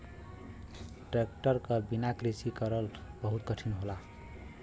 tractor क बिना कृषि करल बहुत कठिन होला